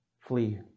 flee